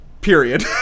period